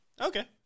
Okay